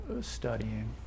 studying